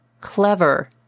Clever